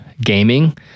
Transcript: gaming